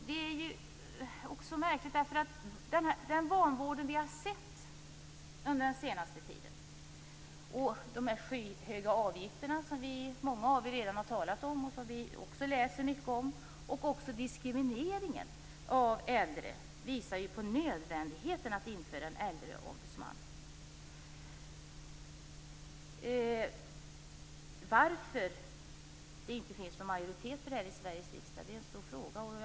Den vanvård som vi har sett under den senaste tiden, de skyhöga avgifter som många här redan har talat om och som vi läser mycket om liksom även diskrimineringen av äldre visar på nödvändigheten av att införa en äldreombudsman. Varför det inte finns någon majoritet för en sådan i Sveriges riksdag är obegripligt.